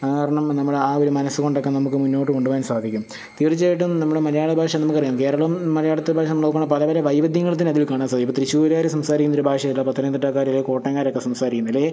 അതു കാരണം നമ്മുടെ ആ ഒരു മനസ്സുകൊണ്ടൊക്കെ നമുക്ക് മുന്നോട്ടു കൊണ്ടു പോകാൻ സാധിക്കും തീർച്ചയായിട്ടും നമ്മുടെ മലയാള ഭാഷ എന്ന് പറയുന്നത് കേരളം മലയാളത്തെ ഭാഷ പല പല വൈവിധ്യങ്ങൾ തന്നെ അതിൽ കാണാൻ സാധിക്കുന്നു ഇപ്പം തൃശൂരുകാർ സംസാരിക്കുന്ന ഒരു ഭാഷയല്ല പത്തനംതിട്ടക്കാർ അല്ലേ കോട്ടയംകാരൊക്കെ സംസാരിക്കുന്നത്